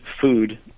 food